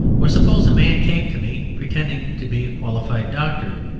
or suppose a man came to me pretending to be a qualified doctor,